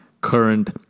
current